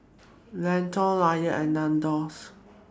Lotte Lion and Nandos